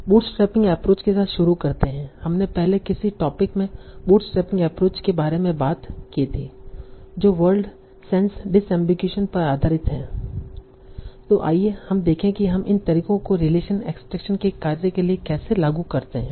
bootstrapping approach के साथ शुरू करते है हमने पहले किसी टोपिक में बूटस्ट्रैपिंग एप्रोचेस के बारे में बात की थी जो वर्ड सेंस डिसअम्बिगुईशन पर आधारित है आइए हम देखें कि हम इन तरीकों को रिलेशन एक्सट्रैक्शन के कार्य के लिए कैसे लागू करते हैं